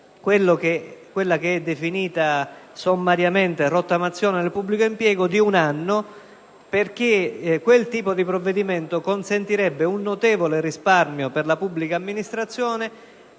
quella che è definita sommariamente «rottamazione del pubblico impiego». Un provvedimento di questo tipo consentirebbe un notevole risparmio per la pubblica amministrazione,